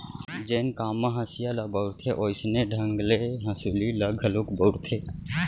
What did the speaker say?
जेन काम म हँसिया ल बउरथे वोइसने ढंग ले हँसुली ल घलोक बउरथें